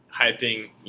hyping